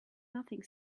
nothing